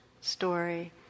story